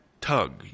tug